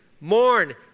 mourn